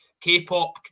K-pop